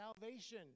salvation